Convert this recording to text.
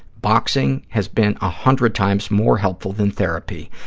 boxing has been a hundred times more helpful than therapy.